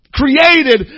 created